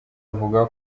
avuga